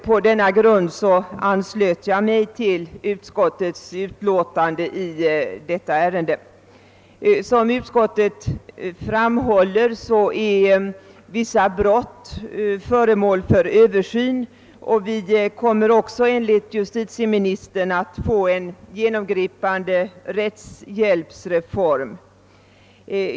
På den grunden har jag anslutit mig till utskottets ut låtande. Vidare skriver utskottet att vissa brott är föremål för översyn samt att justitieministern har förebådat en genomgripande rättshjälpsreform.